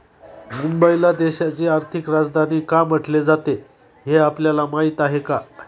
मुंबईला देशाची आर्थिक राजधानी का म्हटले जाते, हे आपल्याला माहीत आहे का?